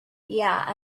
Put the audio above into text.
yeah